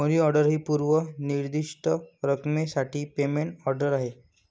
मनी order ही पूर्व निर्दिष्ट रकमेसाठी पेमेंट ऑर्डर आहे